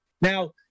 Now